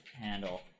handle